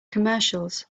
commercials